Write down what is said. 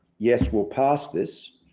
yes, we'll pass this.